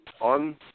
on